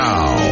Now